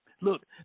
look